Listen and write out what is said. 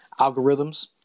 algorithms